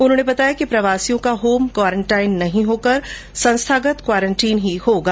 उन्होंने बताया कि प्रवासियों का होम क्वारेंटीन नहीं होकर संस्थागत क्वारेंटीन ही होगा